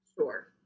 Sure